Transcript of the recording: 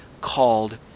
called